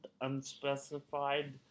unspecified